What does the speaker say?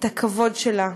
את הכבוד שלה.